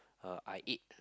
uh I eat